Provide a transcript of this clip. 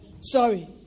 sorry